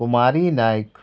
Kumari Naik